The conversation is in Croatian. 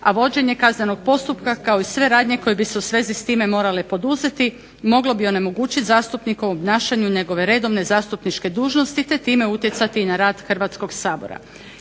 a vođenje kaznenog postupka kao i sve radnje koje bi se u svezi s time morale poduzeti moglo bi onemogućiti zastupniku obnašanje njegove redovne zastupničke dužnosti te time utjecati i na rad Hrvatskog sabora.